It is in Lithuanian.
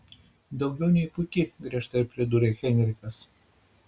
daugiau nei puiki griežtai pridūrė heinrichas